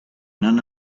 none